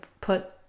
put